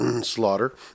slaughter